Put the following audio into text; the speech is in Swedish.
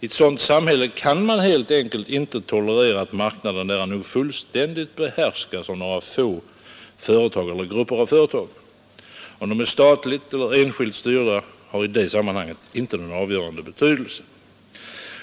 I ett sådant samhälle kan man helt enkelt inte tolerera att marknaden nära nog fullständigt behärskas av några få företag eller grupper av företag. Om de är statligt eller enskilt styrda har i det sammanhanget inte någon avgörande betydelse.